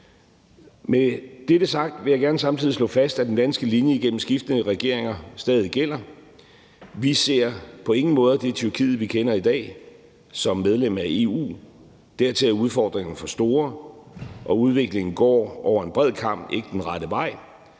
Med dette sagt vil jeg gerne samtidig slå fast, at den danske linje igennem skiftende regeringer stadig gælder. Vi ser på ingen måder det Tyrkiet, vi kender i dag, som medlem af EU. Dertil er udfordringerne for store, og udviklingen går over en bred kam ikke den rette vej.